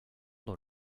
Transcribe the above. dans